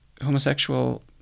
Homosexual